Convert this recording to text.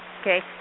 Okay